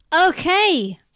Okay